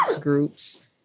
Groups